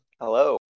Hello